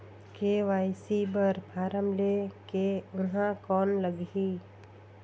KYC बर form ले के ऊहां कौन लगही?